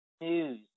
news